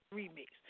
remix